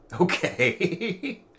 Okay